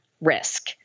risk